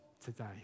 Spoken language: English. today